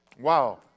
Wow